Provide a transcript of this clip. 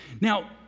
Now